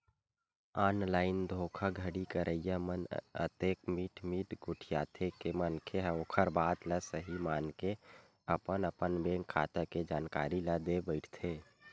online धोखाघड़ी करइया मन अतेक मीठ मीठ गोठियाथे के मनखे ह ओखर बात ल सहीं मानके अपन अपन बेंक खाता के जानकारी ल देय बइठथे